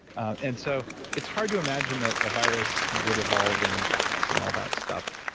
and so it's hard to imagine that a virus, it would evolve in bats and all that stuff,